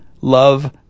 love